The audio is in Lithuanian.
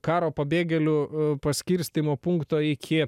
karo pabėgėlių paskirstymo punkto iki